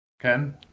Ken